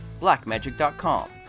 Blackmagic.com